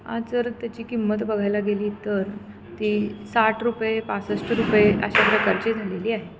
आज जर त्याची किंमत बघायला गेली तर ती साठ रुपये पासष्ट रुपये अशा प्रकारची झालेली आहे